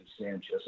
Sanchez